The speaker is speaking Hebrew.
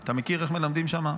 אתה מכיר איך מלמדים שם,